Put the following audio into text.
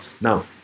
Now